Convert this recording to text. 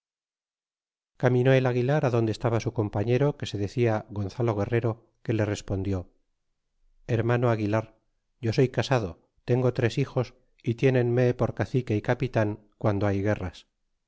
caminó el aguilar adonde estaba su compañero que se decia gonzalo guerrero que le respondió hermano aguilar yo soy casado tengo tres hijos y llénenme por cacique y capitan guando hay guerras